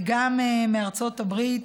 גם מארצות הברית,